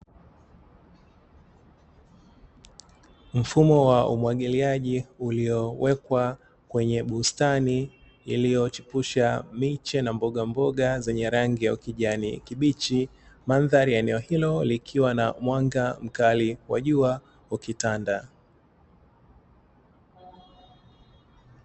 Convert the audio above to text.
Mfumo wa umwagiliaji uliowekwa kwenye bustani iliyochipusha miche na mbogamboga zenye rangi ya ukijani kibichi, mandhari ya eneo hilo likiwa na mwanga mkali wa jua ukitanda.